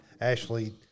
Ashley